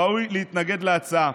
ראוי להתנגד להצעה.